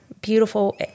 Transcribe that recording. beautiful